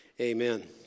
amen